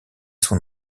son